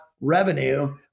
revenue